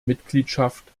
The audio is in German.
mitgliedschaft